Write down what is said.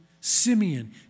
Simeon